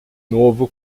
novo